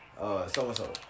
So-and-so